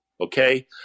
okay